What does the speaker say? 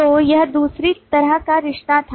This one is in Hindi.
तो यह दूसरी तरह का रिश्ता था